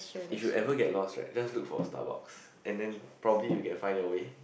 if you ever get lost right just look for Starbucks and then probably you can find your way